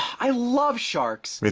i love sharks. me too.